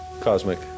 cosmic